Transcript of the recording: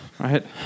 right